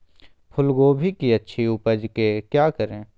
फूलगोभी की अच्छी उपज के क्या करे?